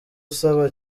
usaba